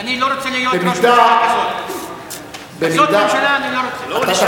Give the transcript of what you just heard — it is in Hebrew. לא רוצה להיות, כזאת ממשלה אני לא רוצה.